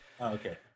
Okay